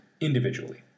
individually